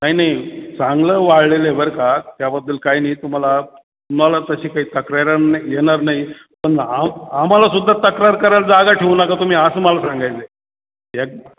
नाही नाही चांगलं वाळलेलं आहे बर का त्याबद्दल काही नाही तुम्हाला तुम्हाला तशी काही तक्रार येणार नाही येणार नाही पण आम आम्हालासुद्धा तक्रार करायला जागा ठेवू नका तुम्ही असं मला सांगायचं आहे